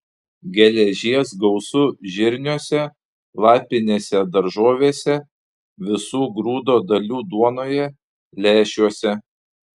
geležies gausu žirniuose lapinėse daržovėse visų grūdo dalių duonoje lęšiuose